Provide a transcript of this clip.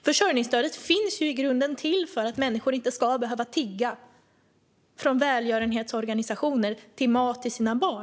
Försörjningsstödet finns ju i grunden till för att människor inte ska behöva tigga mat till sina barn från välgörenhetsorganisationer.